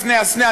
לפני הסנה,